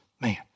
man